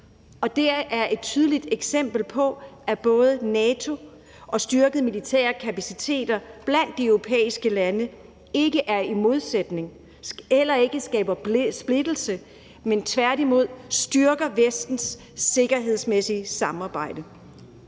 og det er et tydeligt eksempel på, at både NATO og styrkede militære kapaciteter blandt de europæiske lande ikke er en modsætning, og at det heller ikke skaber splittelse, men at det tværtimod styrker Vestens sikkerhedsmæssige samarbejde.